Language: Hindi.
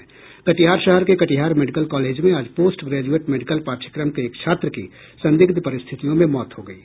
कटिहार शहर के कटिहार मेडिकल कॉलेज में आज पोस्ट ग्रेजूएट मेडिकल पाठ्यक्रम के एक छात्र की संदिग्ध परिस्थितियों में मौत हो गयी